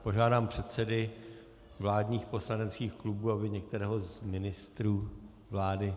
Požádám předsedy vládních poslaneckých klubů, aby některého z ministrů vlády...